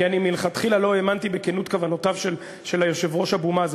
כי אני מלכתחילה לא האמנתי בכנות כוונותיו של היושב-ראש אבו מאזן,